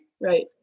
Right